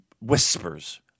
Whispers